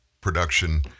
production